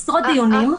עשרות דיונים,